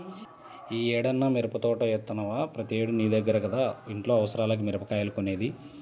యీ ఏడన్నా మిరపదోట యేత్తన్నవా, ప్రతేడూ నీ దగ్గర కదా ఇంట్లో అవసరాలకి మిరగాయలు కొనేది